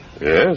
Yes